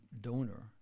donor